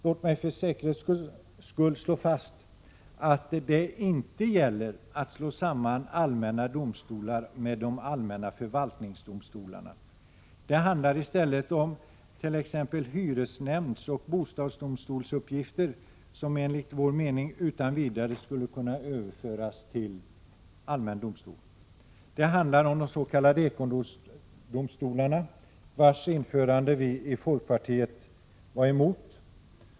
Låt mig för säkerhets skull framhålla att det inte gäller att slå samman de allmänna domstolarna och de allmänna förvaltningsdomstolarna. Det handlar i stället om t.ex. hyresnämndsoch bostadsdomstolsuppgifter, som enligt vår mening utan vidare skulle kunna överföras till allmän domstol. Det handlar vidare om de s.k. ekodomstolarna, vilkas införande vi i folkpartiet var emot.